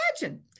Imagine